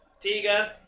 Tiga